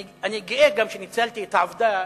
אני גאה גם שניצלתי את העובדה,